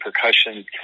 percussion